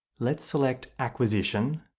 let's select acquisition.